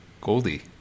Goldie